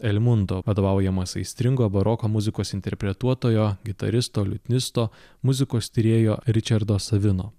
elmundo vadovaujamas aistringo baroko muzikos interpretuotojo gitaristo liutnisto muzikos tyrėjo ričardo savino